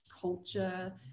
culture